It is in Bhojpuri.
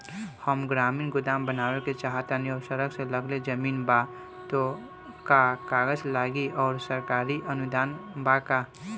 हम ग्रामीण गोदाम बनावल चाहतानी और सड़क से लगले जमीन बा त का कागज लागी आ सरकारी अनुदान बा का?